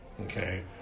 Okay